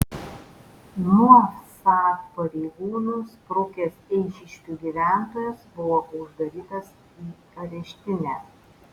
nuo vsat pareigūnų sprukęs eišiškių gyventojas buvo uždarytas į areštinę